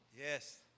yes